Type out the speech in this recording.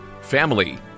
family